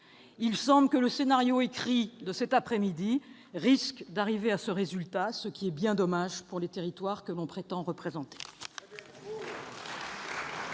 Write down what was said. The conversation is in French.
Il semble que le scénario écrit pour cet après-midi risque d'arriver à ce résultat, ce qui est bien dommage pour les territoires que l'on prétend représenter.